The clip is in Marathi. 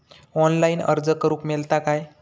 ऑनलाईन अर्ज करूक मेलता काय?